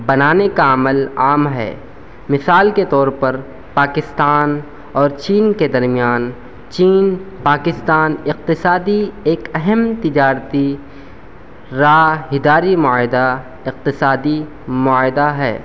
بنانے کا عمل عام ہے مثال کے طور پر پاکستان اور چین کے درمیان چین پاکستان اقتصادی ایک اہم تجارتی راہداری معاہدہ اقتصادی معاہدہ ہے